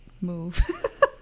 move